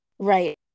Right